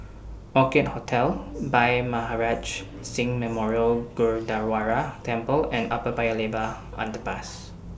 Orchid Hotel Bhai Maharaj Singh Memorial Gurdwara Temple and Upper Paya Lebar Underpass